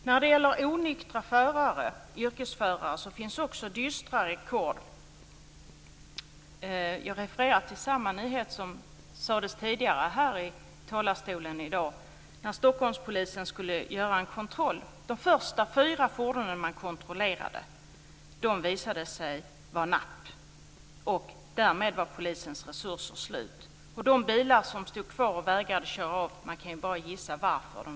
När det gäller onyktra yrkesförare finns det också dystra rekord. Jag refererar till samma nyhet som togs upp tidigare här i talarstolen i dag. När Stockholmspolisen skulle göra en kontroll visade sig de fyra första fordonen man kontrollerade vara napp. Därmed var polisens resurser slut. En del bilar stod kvar och vägrade köra av - man kan bara gissa varför!